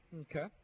Okay